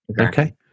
Okay